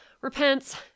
repents